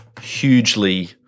hugely